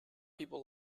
people